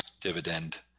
dividend